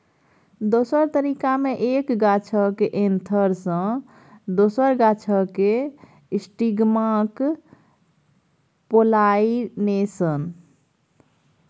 दोसर तरीका मे एक गाछक एन्थर सँ दोसर गाछक स्टिगमाक पोलाइनेशन